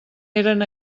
eren